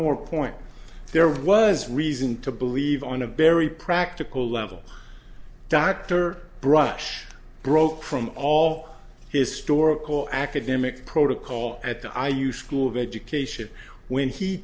more point there was reason to believe on a very practical level dr brush broke from all historical academic protocol at the i use school of education when he